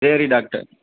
சரி டாக்டர்